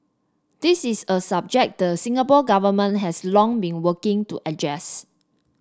this is a subject the Singapore Government has long been working to address